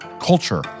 culture